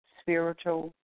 spiritual